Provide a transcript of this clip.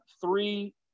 three